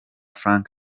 frank